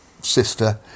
sister